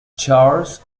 charles